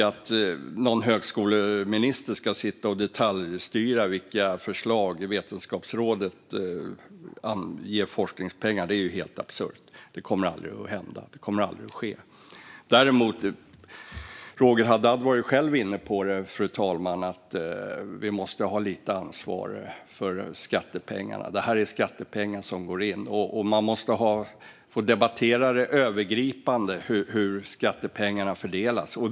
Att någon högskoleminister ska sitta och detaljstyra vilka förslag Vetenskapsrådet ger forskningspengar till är ju helt absurt. Det kommer aldrig att hända. Däremot var ju Roger Haddad själv inne på, fru talman, att vi måste ha lite ansvar för skattepengarna. Detta är skattepengar som går in, och man måste få debattera övergripande hur skattepengarna fördelas.